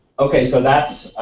ok, so that's,